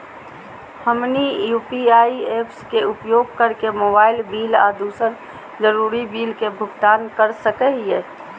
हमनी UPI apps के उपयोग करके मोबाइल बिल आ दूसर जरुरी बिल के भुगतान कर सको हीयई